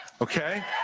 Okay